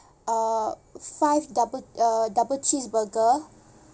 uh five double uh double cheese burger